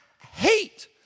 hate